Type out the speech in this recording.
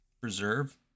Preserve